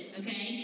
okay